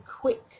quick